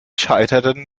scheiterten